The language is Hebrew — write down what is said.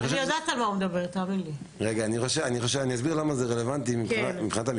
אני אסביר למה זה רלוונטי מבחינת המשטרה.